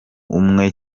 umwe